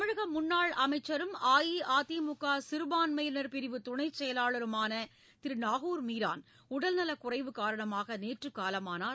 தமிழக முன்னாள் அமைச்சரும் அஇஅதிமுக சிறுபான்மையினர் பிரிவு துணைச் செயலாளருமான திரு நாகூர் மீரான் உடல் நலக்குறைவு காரணமாக நேற்று காலமானார்